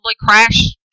crash